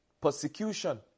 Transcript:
Persecution